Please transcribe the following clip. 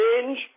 change